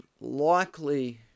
likely